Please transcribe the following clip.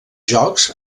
jocs